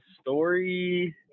Story